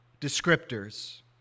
descriptors